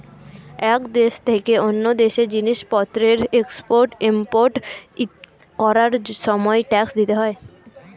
এক দেশ থেকে অন্য দেশে জিনিসপত্রের এক্সপোর্ট ইমপোর্ট করার সময় ট্যাক্স দিতে হয়